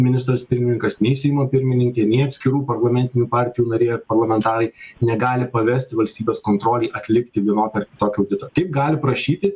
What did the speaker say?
ministras pirmininkas nei seimo pirmininkė nei atskirų parlamentinių partijų nariai ar parlamentarai negali pavesti valstybės kontrolei atlikti vienokį ar kitokį auditą taip gali prašyti